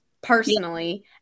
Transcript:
personally